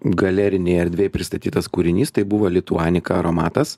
galerinėj erdvėj pristatytas kūrinys tai buvo lituanika aromatas